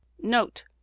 Note